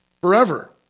forever